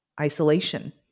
isolation